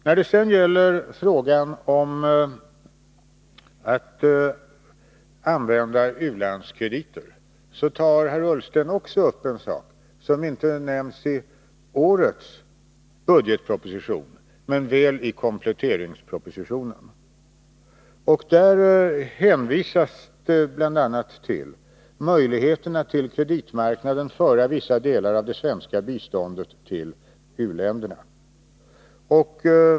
När det sedan gäller frågan om att använda u-landskrediter tar herr Ullsten också upp en sak som inte nämns i årets budgetproposition men väl i kompletteringspropositionen. Där hänvisas bl.a. till möjligheten att till kreditmarknaden föra vissa delar av det svenska biståndet till u-länderna.